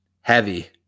heavy